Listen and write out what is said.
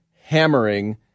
hammering